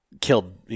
killed